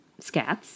scats